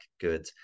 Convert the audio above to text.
good